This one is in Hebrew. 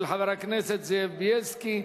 של חבר הכנסת זאב בילסקי.